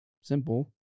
simple